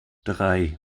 drei